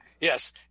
Yes